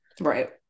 Right